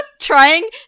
trying